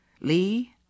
Lee